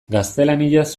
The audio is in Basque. gaztelaniaz